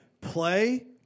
Play